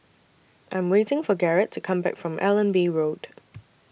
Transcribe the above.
I Am waiting For Garret to Come Back from Allenby Road